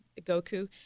Goku